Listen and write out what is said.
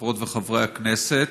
חברות וחברי הכנסת,